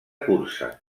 cursa